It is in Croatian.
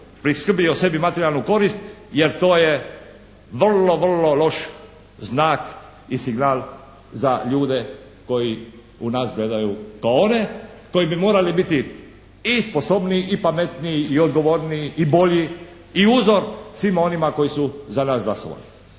priskrbio sebi u materijalnu korist jer to je vrlo, vrlo loš znak i signal za ljude koji u nas gledaju kao one koji bi morali biti i sposobniji i pametniji, i odgovorniji, i bolji i uzor svima onima koji su za nas glasovali.